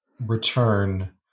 return